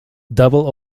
double